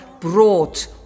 brought